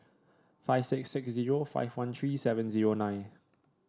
five six six zero five one three seven zero nine